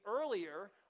earlier